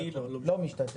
אני לא משתתף.